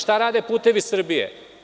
Šta rade „Putevi Srbije“